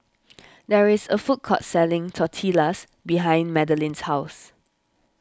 there is a food court selling Tortillas behind Madeline's house